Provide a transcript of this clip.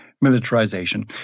militarization